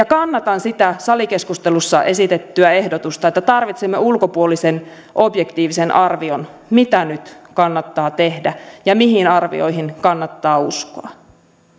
kannatan sitä salikeskustelussa esitettyä ehdotusta että tarvitsemme ulkopuolisen objektiivisen arvion mitä nyt kannattaa tehdä ja mihin arvioihin kannattaa uskoa